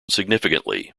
significantly